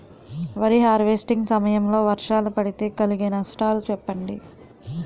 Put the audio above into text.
వరి హార్వెస్టింగ్ సమయం లో వర్షాలు పడితే కలిగే నష్టాలు చెప్పండి?